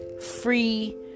free